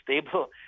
stable